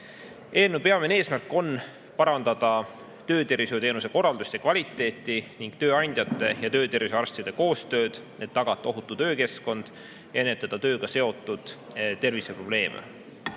Eelnõu peamine eesmärk on parandada töötervishoiuteenuse korraldust ja kvaliteeti ning tööandjate ja töötervishoiuarstide koostööd, et tagada ohutu töökeskkond ja ennetada tööga seotud terviseprobleeme.